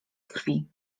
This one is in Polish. krwi